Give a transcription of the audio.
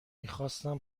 میخواستم